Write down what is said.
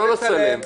לצלם.